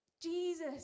jesus